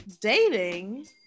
dating